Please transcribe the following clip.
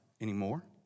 anymore